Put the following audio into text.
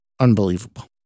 unbelievable